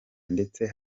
ndetse